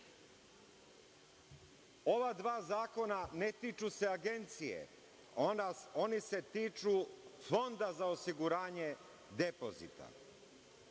dva zakona ne tiču se Agencije, oni se tiču Fonda za osiguranje depozita. Ja